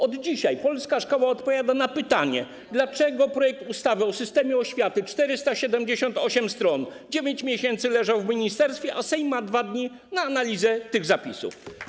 Od dzisiaj polska szkoła odpowiada na pytanie: Dlaczego projekt ustawy o systemie oświaty - 478 stron - 9 miesięcy leżał w ministerstwie, a Sejm ma 2 dni na analizę tych zapisów?